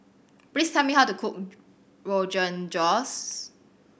please tell me how to cook Rogan Josh